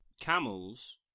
Camels